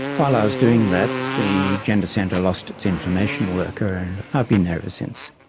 while i was doing that, the gender centre lost its information worker and i've been there ever since.